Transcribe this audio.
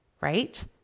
right